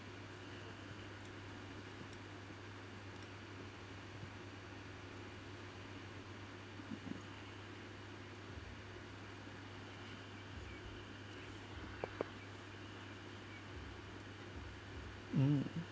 mm